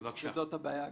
שזו הבעיה הגדולה.